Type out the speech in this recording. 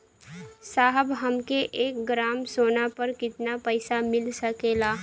साहब हमके एक ग्रामसोना पर कितना पइसा मिल सकेला?